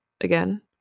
again